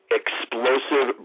explosive